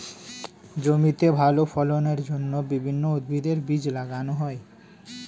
জমিতে ভালো ফলনের জন্য বিভিন্ন উদ্ভিদের বীজ লাগানো হয়